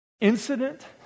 incident